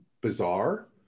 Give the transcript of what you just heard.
bizarre